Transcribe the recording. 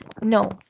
No